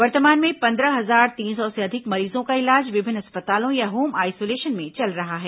वर्तमान में पंद्रह हजार तीन सौ से अधिक मरीजों का इलाज विभिन्न अस्पतालों या होम आइसोलेशन में चल रहा है